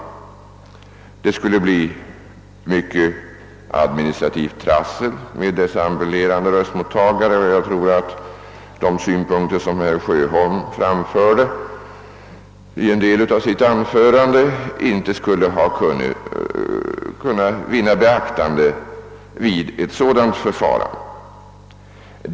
Bland annat skulle det bli mycket administrativt trassel med ambulerande röstmottagare. Jag tror inte heller att de synpunkter, som herr Sjöholm framförde i ett avsnitt av sitt anförande, skulle ha kunnat vinna beaktande vid ett sådant förfarande.